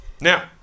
Now